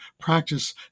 practice